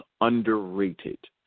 underrated